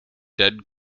dead